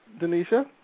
Denisha